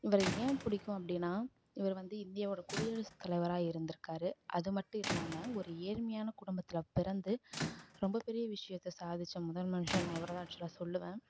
இவரை ஏன் பிடிக்கும் அப்படின்னா இவர் வந்து இந்தியாவோடய குடியரசு தலைவராக இருந்திருக்காரு அது மட்டும் இல்லாமல் ஒரு ஏழ்மையான குடும்பத்தில் பிறந்து ரொம்ப பெரிய விஷயத்த சாதித்த முதல் மனுஷன் நான் இவரை தான் ஆக்சுவலாக சொல்லுவேன்